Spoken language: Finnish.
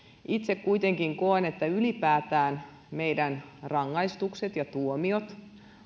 itse kuitenkin koen että ylipäätään meidän rangaistukset ja tuomiot